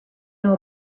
know